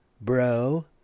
bro